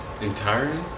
entirely